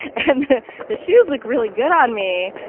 and the the shoes look really good on me.